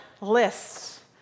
lists